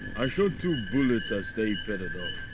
i shot two bullets as they paddled off.